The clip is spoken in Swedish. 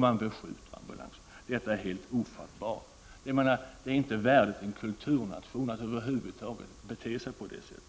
Man beskjuter ambulanser. Detta är helt ofattbart. Det är inte värdigt en kulturnation att över huvud taget bete sig på detta sätt.